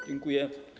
Dziękuję.